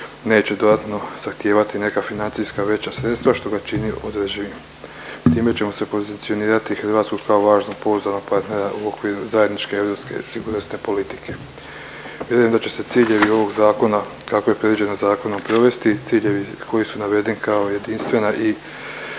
neće dodatno zahtijevati neka financijska veća sredstava što ga čini održivim. Time ćemo se pozicionirati Hrvatsku kao važnog pouzdanog partnera u okviru zajedničke europske sigurnosne politike. Vjerujem da će se ciljevi ovog zakona kako je predviđeno zakonom provesti. Ciljevi koji su navedeni kao jedinstvena i